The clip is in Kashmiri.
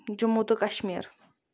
جموں تہٕ کَشمیٖر